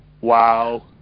wow